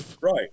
Right